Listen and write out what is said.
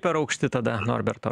per aukšti tada norberto